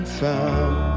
found